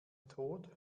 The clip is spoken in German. tod